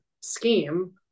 scheme